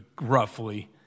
roughly